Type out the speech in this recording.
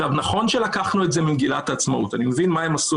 נכון לקחנו את זה ממגילת העצמאות אני מבין מה הם עשו,